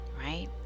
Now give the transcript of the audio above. right